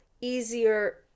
easier